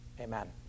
Amen